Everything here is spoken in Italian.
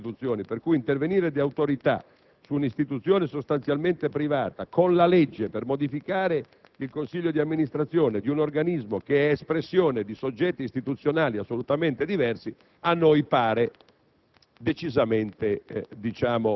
che sono il frutto del concorso di diverse istituzioni. Pertanto, intervenire d'autorità con la legge su un'istituzione sostanzialmente privata, per modificare il consiglio di amministrazione di un organismo che è espressione di soggetti istituzionali assolutamente diversi, ci